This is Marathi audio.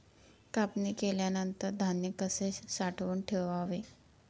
कापणी केल्यानंतर धान्य कसे साठवून ठेवावे?